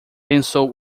pensou